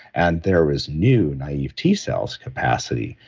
and there was new naive t-cells capacity.